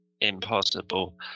impossible